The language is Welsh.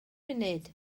munud